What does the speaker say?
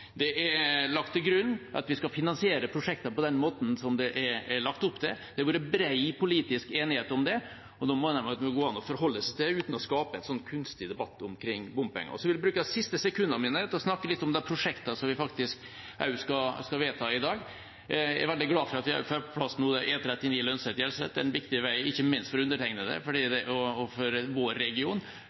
det er lagt til grunn at vi skal finansiere prosjektene på den måten det er lagt opp til, det har vært bred politisk enighet om det. Da må det kunne gå an å forholde seg til det uten å skape en slik kunstig debatt om bompenger. Jeg vil bruke de siste sekundene mine til å snakke litt om de prosjektene vi skal vedta i dag. Jeg er veldig glad for at vi nå får på plass E39 Lønset–Hjelset. Det er en viktig vei, ikke minst for undertegnede og vår region, for vi må bygge ferdig den veien før vi bygger et nytt sykehus, et nytt fellessykehus for